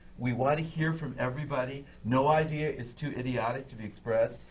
we want to hear from everybody. no idea is too idiotic to be expressed.